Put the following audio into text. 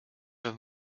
with